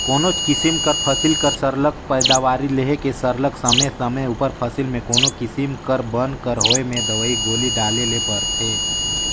कोनोच किसिम कर फसिल कर सरलग पएदावारी लेहे ले सरलग समे समे उपर फसिल में कोनो किसिम कर बन कर होए में दवई गोली डाले ले परथे